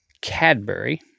Cadbury